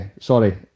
Sorry